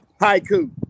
Haiku